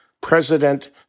President